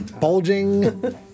bulging